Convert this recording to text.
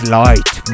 light